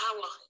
power